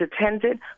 attended